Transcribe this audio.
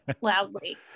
loudly